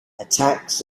attacks